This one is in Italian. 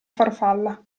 farfalla